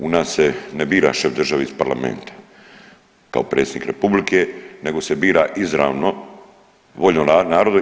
U nas se ne bira šef države iz Parlamenta kao Predsjednik Republike, nego se bira izravno voljom naroda.